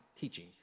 teaching